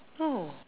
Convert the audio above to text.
oh